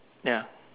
ya